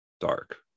dark